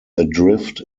adrift